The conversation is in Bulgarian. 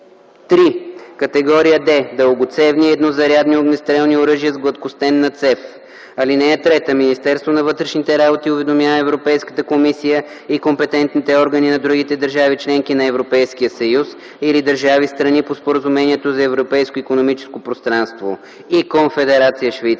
3. категория D - дългоцевни еднозарядни огнестрелни оръжия с гладкостенна цев. (3) Министерството на вътрешните работи уведомява Европейската комисия и компетентните органи на другите държави-членки на Европейския съюз или държави, страни по Споразумението за Европейското икономическо пространство и Конфедерация Швейцария,